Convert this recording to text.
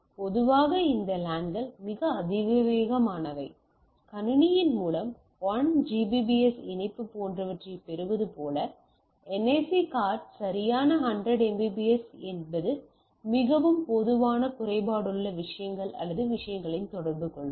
பொதுவாக இந்த லேன்கள் மிக அதிவேகமானவை கணினியின் மூலம் 1 Gbps இணைப்பு போன்றவற்றின் பெறுவது போல NIC கார்டு சரியான 100 Mbps என்பது மிகவும் பொதுவானது குறைபாடுள்ள விஷயங்கள் அல்லது விஷயங்களில் தொடர்புகொள்வது